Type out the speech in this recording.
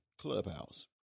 clubhouse